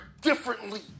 differently